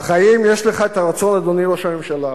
אך האם יש לך הרצון, אדוני ראש הממשלה?